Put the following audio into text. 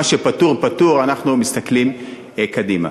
מה שפתור פתור, אנחנו מסתכלים קדימה.